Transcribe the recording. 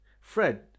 Fred